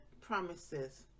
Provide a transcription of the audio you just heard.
promises